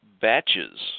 batches